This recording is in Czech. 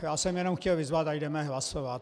Já jsem jenom chtěl vyzvat, ať jdeme hlasovat.